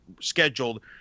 scheduled